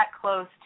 close